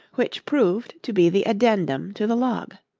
which proved to be the addendum to the log.